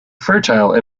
fertile